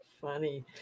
funny